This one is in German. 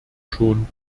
schon